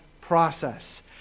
process